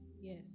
Yes